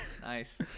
Nice